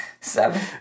Seven